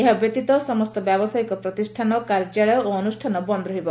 ଏହା ବ୍ୟତୀତ ସମସ୍ତ ବ୍ୟବସାୟିକ ପ୍ରତିଷାନ କାର୍ଯ୍ୟାଳୟ ଓ ଅନୁଷ୍ଠାନ ବନ୍ଦ ରହିବ